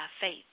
faith